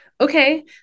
Okay